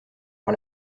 par